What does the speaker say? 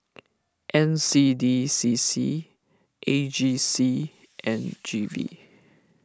N C D C C A G C and G V